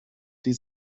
die